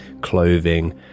clothing